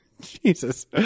jesus